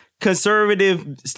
conservative